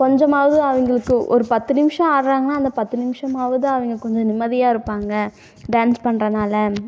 கொஞ்சமாவது அவங்களுக்கு ஒரு பத்து நிமிஷம் ஆடுறாங்கனா அந்த பத்து நிமிஷமாவது அவங்க கொஞ்சம் நிம்மதியாக இருப்பாங்க டான்ஸ் பண்ணுறனால